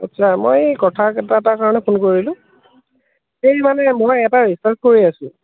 আচ্ছা মই এই কথা এটাৰ কাৰণে ফোন কৰিলোঁ এই মানে মই এটা ৰিচাৰ্ছ কৰি আছো